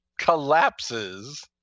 collapses